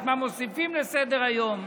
את מה מוסיפים לסדר-היום.